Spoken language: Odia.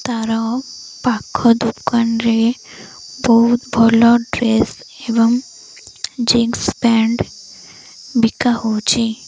ତା'ର ପାଖ ଦୋକାନରେ ବହୁତ ଭଲ ଡ୍ରେସ୍ ଏବଂ ଜିନ୍ସ ପ୍ୟାଣ୍ଟ ବିକା ହେଉଛି